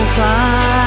time